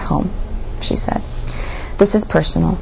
home she said this is personal